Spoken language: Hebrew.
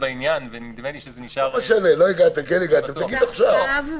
אנחנו חושבים שזה נכון לציבור --- אז כרגע זה הנוסח.